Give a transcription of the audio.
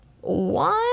one